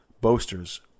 boasters